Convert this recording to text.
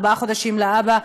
ארבעה חודשים לאבא,